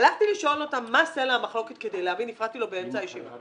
הלכתי לשאול אותה מה סלע המחלוקת כדי להבין הפרעתי לו באמצע הישיבה.